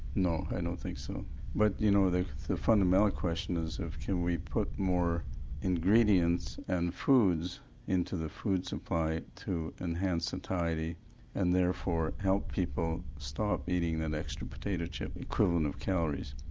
no, i don't think so but you know the the fundamental question is can we put more ingredients and foods into the food supply to enhance satiety and therefore help people stop eating that extra potato chip equivalent of calories.